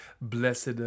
Blessed